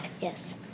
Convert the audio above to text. Yes